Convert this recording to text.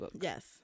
Yes